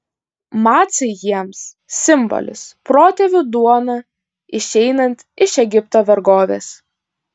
macai jiems simbolis protėvių duona išeinant iš egipto vergovės